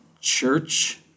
Church